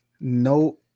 no